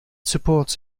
supports